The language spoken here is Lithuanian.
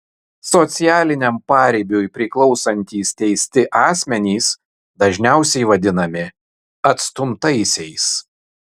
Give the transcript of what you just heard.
socialiniam paribiui priklausantys teisti asmenys dažniausiai vadinami atstumtaisiais